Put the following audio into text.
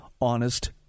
honest